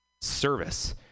service